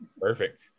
perfect